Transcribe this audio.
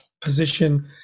position